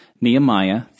Nehemiah